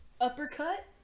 uppercut